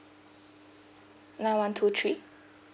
nine one two three